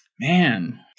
Man